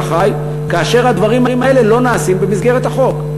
כאשר הדברים האלה לא נעשים במסגרת החוק.